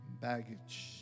baggage